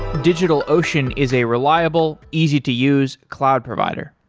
digitalocean is a reliable, easy to use cloud provider.